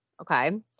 okay